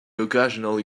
occasionally